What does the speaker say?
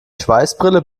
schweißbrille